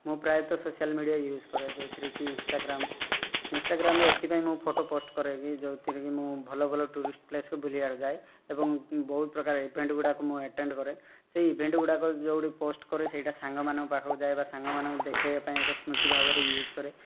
ମୁଁ ପ୍ରାୟତଃ social media use କରେ ଯେଉଁଥିରେ କି ଇନଷ୍ଟାଗ୍ରାମ ଇନଷ୍ଟାଗ୍ରାମରେ ଏଥିପାଇଁ ମୁଁ ଫଟୋ ପୋଷ୍ଟ କରେକି ଯେଉଁଥିରେ କି ମୁଁ ଭଲ ଭଲ ଟୁରିଷ୍ଟ ପ୍ଲେସ ବୁଲିବାକୁ ଯାଏ ଏବଂ ବହୁତ ପ୍ରକାର ଇଭେଣ୍ଟ ଗୁଡ଼ାକ ଆଟେଣ୍ଡ କରେ ସେଇ ଇଭେଣ୍ଟ ଗୁଡ଼ାକ ପୋଷ୍ଟ କରେ ସାଙ୍ଗମାନଙ୍କ ପାଖକୁ ଯାଏ ବା ସାଙ୍ଗ ମାନଙ୍କୁ ଦେଖେଇବା ଏକ ପାଇଁ ସ୍ମୃତି ଭାବରେ ୟୁଜ କରେ